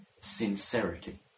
sincerity